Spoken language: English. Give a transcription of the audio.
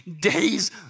days